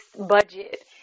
budget